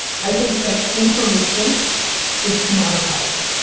i think that information is commoditized.